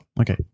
Okay